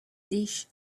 dish